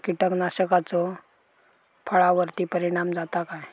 कीटकनाशकाचो फळावर्ती परिणाम जाता काय?